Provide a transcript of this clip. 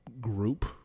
group